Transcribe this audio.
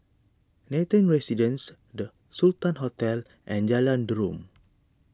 Nathan Residences the Sultan Hotel and Jalan Derum